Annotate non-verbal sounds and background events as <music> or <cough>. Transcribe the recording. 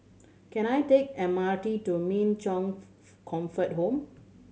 can I take M R T to Min Chong <unintelligible> Comfort Home